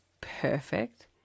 perfect